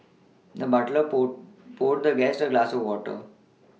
the butler pull poured the guest a glass of water